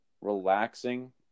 relaxing